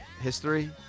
History